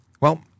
Well-